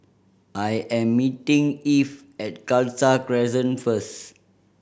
I am meeting Eve at Khalsa Crescent first